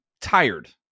tired